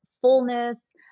fullness